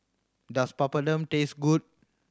does Papadum taste good